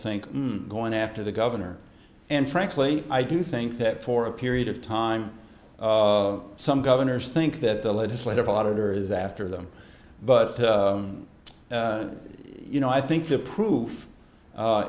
think going after the governor and frankly i do think that for a period of time some governors think that the legislative auditor is after them but you know i think the proof a